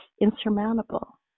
insurmountable